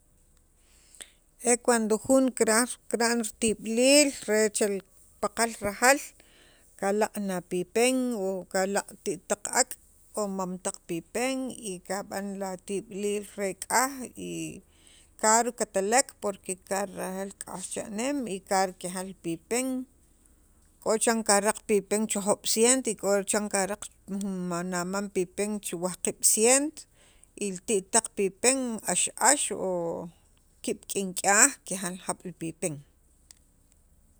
e cuando jun kiraj kira'n ritib'iliil re chel paqal rajaal kalaq' jun apipen o kalaq' te't taq ak', o mam taq pipen y kab'an la tib'iliil re k'aj y car katalek porque kar rajaal k'aj cha'neem y car rajaal li pipen k'o chiran ka raq pipen che joob' ciento, y k'o chan karaq jun mam pipen che wajqiib' cient y te't pipen ax ax kib' ink'yaj kijaal jab' li pipen